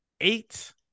eight